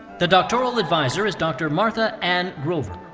the doctoral advisor is dr. martha ann grover.